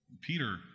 Peter